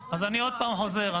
עוד פעם חוזר,